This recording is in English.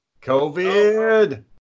COVID